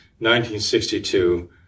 1962